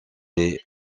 les